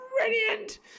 Brilliant